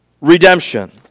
redemption